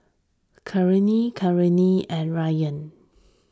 Kartini Kartini and Ryan